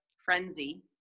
frenzy